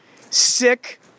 Sick